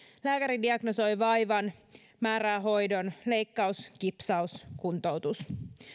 lääkäri diagnosoi vaivan määrää hoidon leikkaus kipsaus kuntoutus